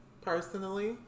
personally